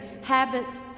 habits